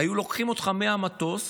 היו לוקחים אותך מהמטוס,